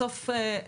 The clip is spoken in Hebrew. בסוף,